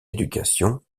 éducation